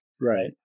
Right